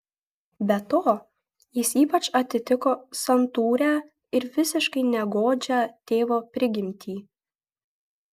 be to jis ypač atitiko santūrią ir visiškai negodžią tėvo prigimtį